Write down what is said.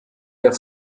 der